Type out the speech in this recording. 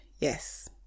Yes